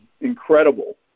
incredible